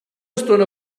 estona